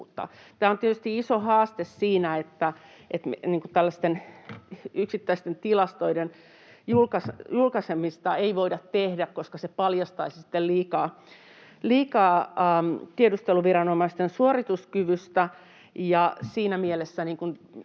Tässä on tietysti iso haaste, kun tällaisten yksittäisten tilastojen julkaisemista ei voida tehdä, koska se paljastaisi sitten liikaa tiedusteluviranomaisten suorituskyvystä.